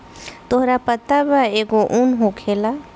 तोहरा पता बा एगो उन होखेला